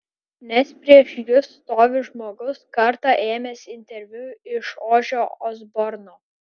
nes prieš jus stovi žmogus kartą ėmęs interviu iš ožio osborno